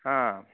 हा